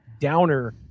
downer